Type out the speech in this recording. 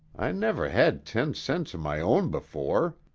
i never had ten cents of my own before!